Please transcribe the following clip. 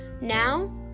Now